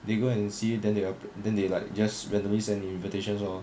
they go and see then there then they like just randomly send the invitations lor